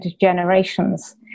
generations